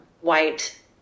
white